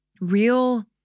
real